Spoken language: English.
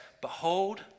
Behold